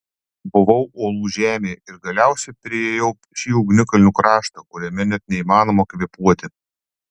buvau uolų žemėje ir galiausiai priėjau šį ugnikalnių kraštą kuriame net neįmanoma kvėpuoti